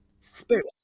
Spirit